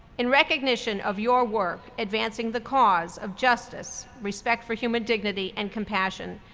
in recognition of your work advancing the cause of justice, respect for human dignity, and compassion,